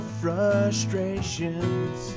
frustrations